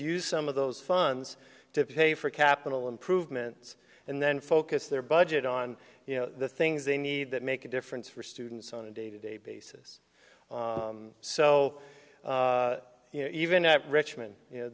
use some of those funds to pay for capital improvements and then focus their budget on you know the things they need that make a difference for students on a day to day basis so you know even at richmond y